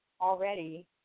already